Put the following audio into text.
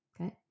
Okay